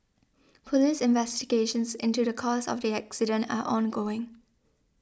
police investigations into the cause of the accident are ongoing